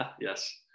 Yes